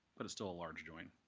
but it's still a large join,